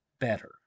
better